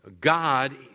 God